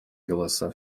голоса